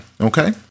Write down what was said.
Okay